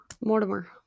Mortimer